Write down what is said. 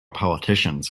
politicians